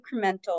incremental